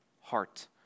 heart